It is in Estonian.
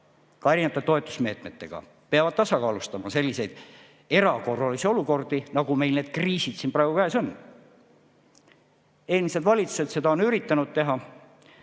erinevate toetusmeetmetega peavad tasakaalustama selliseid erakorralisi olukordi, nagu need kriisid, mis meil praegu käes on. Eelmised valitsused üritasid seda